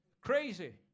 crazy